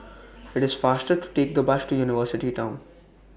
IT IS faster to Take The Bus to University Town